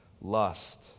lust